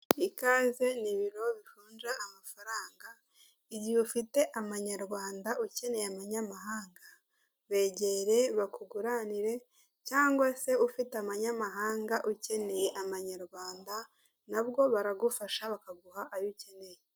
Ikaze mu biro bivunja amafaranga. Igihe ufite amanyarwanda ukeneye amanyamahanga begere bakuguranire, cyangwa se ufite amanyamahanga ukeneye amanyarwanda, nabwo baragufasha bakaguha ayo ukeneye.